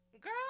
Girl